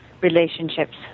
relationships